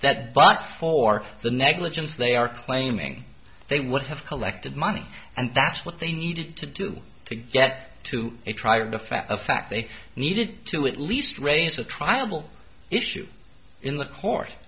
that but for the negligence they are claiming they would have collected money and that's what they needed to do to get to it trying to find a fact they needed to at least raise a tribal issue in the cour